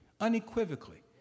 unequivocally